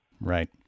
Right